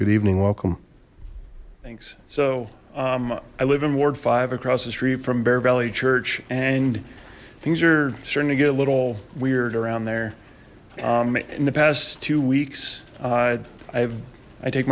good evening welcome thanks so um i live in ward five across the street from bear valley church and things are starting to get a little weird around there in the past two weeks i've i take